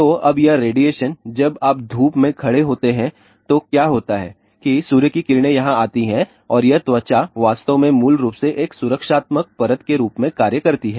तो अब यह रेडिएशन जब आप धूप में खड़े होते हैं तो क्या होता है सूर्य की किरणें यहां आती हैं और यह त्वचा वास्तव में मूल रूप से एक सुरक्षात्मक परत के रूप में कार्य करती है